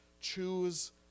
Choose